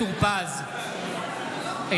(קורא בשם חבר הכנסת) בנימין גנץ,